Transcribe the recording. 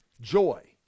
joy